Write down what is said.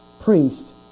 priest